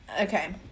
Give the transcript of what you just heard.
Okay